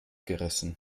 gerissen